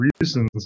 reasons